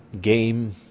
game